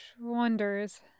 wonders